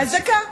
אז דקה.